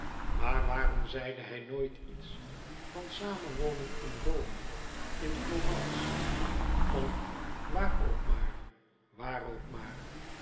maar waarom zeide hij nooit iets van samen wonen in rome in florence van waar ook maar waar ook maar